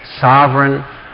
sovereign